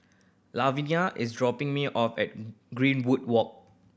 Lavenia is dropping me off at Greenwood Walk